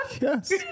yes